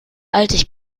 alt